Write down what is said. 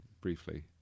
briefly